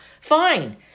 Fine